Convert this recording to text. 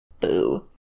Boo